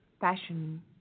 Fashion